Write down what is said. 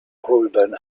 reuben